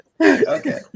Okay